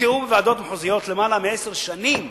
נתקעו בוועדות מחוזיות למעלה מעשר שנים